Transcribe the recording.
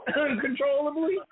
uncontrollably